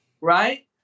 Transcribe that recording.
right